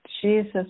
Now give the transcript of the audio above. Jesus